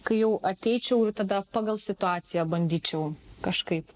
kai jau ateičiau ir tada pagal situaciją bandyčiau kažkaip